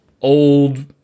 old